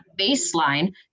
baseline